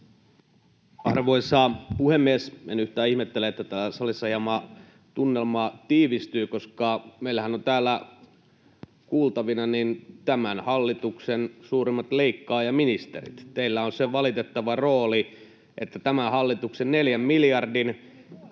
Arvoisa puhemies! En yhtään ihmettele, että täällä salissa hieman tunnelma tiivistyy, koska meillähän ovat täällä kuultavina tämän hallituksen suurimmat leikkaajaministerit. Teillä on se valitettava rooli, että tämän hallituksen 4 miljardin